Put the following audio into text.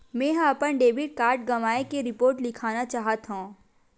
मेंहा अपन debit card गवाए के रिपोर्ट लिखना चाहत हव